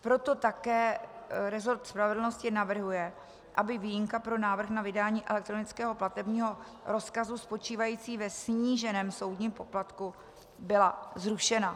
Proto také resort spravedlnosti navrhuje, aby výjimka pro návrh na vydání elektronického platebního rozkazu spočívající ve sníženém soudním poplatku byla zrušena.